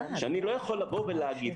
שאני לא יכול לבוא ולהגיד,